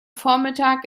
vormittag